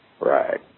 Right